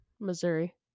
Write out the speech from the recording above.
Missouri